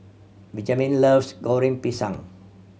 Benjamin loves Goreng Pisang